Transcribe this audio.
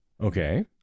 Okay